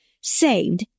saved